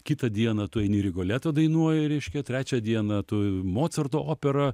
kitą dieną tu eini rigoleto dainuoji reiškia trečią dieną tu mocarto operą